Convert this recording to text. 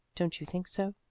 don't you think so?